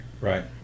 Right